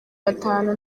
batanu